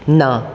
ना